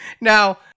Now